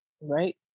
Right